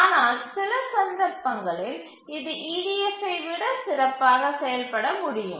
ஆனால் சில சந்தர்ப்பங்களில் இது EDF ஐ விட சிறப்பாக செயல்பட முடியும்